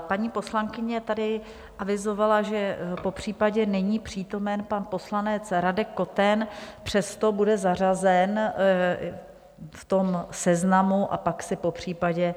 Paní poslankyně tady avizovala, že popřípadě není přítomen pan poslanec Radek Koten, přesto bude zařazen v tom seznamu, a pak se popřípadě...